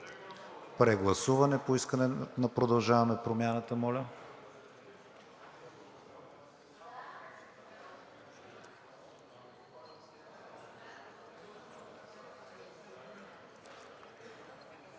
Прегласуване по искане на „Продължаваме Промяната“.